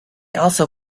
also